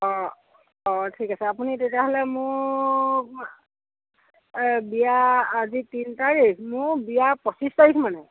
অ অ ঠিক আছে আপুনি তেতিয়াহ'লে মোক আ বিয়া আজি তিনি তাৰিখ মোৰ বিয়া পঁচিশ তাৰিখ মানে